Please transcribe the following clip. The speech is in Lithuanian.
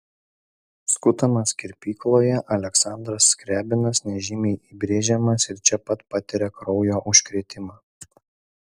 skutamas kirpykloje aleksandras skriabinas nežymiai įbrėžiamas ir čia pat patiria kraujo užkrėtimą